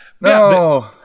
No